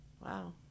Wow